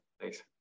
thanks